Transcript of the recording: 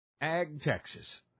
Ag-Texas